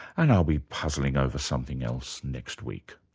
and i'll be puzzling over something else next week